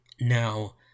now